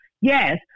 Yes